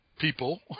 People